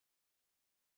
hello